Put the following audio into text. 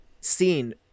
scene